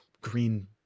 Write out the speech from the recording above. green